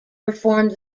performed